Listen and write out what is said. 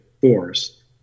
force